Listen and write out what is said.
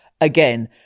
again